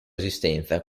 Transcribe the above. esistenza